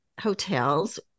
Hotels